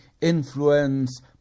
influence